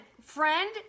friend